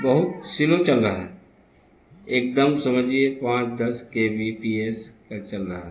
بہت سلو چل رہا ہے ایک دم سمجھے پانچ دس کے بی پی ایس کا چل رہا ہے